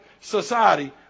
society